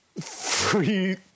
free